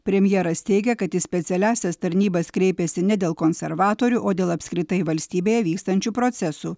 premjeras teigia kad į specialiąsias tarnybas kreipėsi ne dėl konservatorių o dėl apskritai valstybėje vykstančių procesų